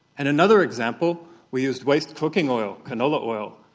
and another example we used waste cooking oil, canola oil,